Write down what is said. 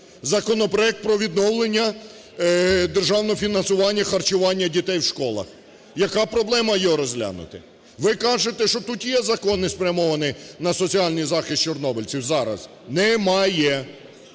Законопроект про відновлення державного фінансування харчування дітей в школах. Яка проблема його розглянути? Ви кажете, що тут є закони, спрямовані на соціальний захист чорнобильців зараз. Немає,